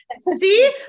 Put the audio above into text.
See